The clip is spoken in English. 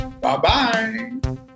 bye-bye